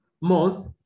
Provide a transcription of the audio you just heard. month